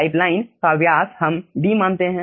pipeline का व्यास हम D मानते है